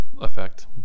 effect